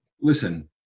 listen